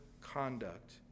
conduct